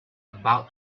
about